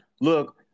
look